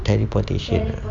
teleportation ah